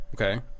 Okay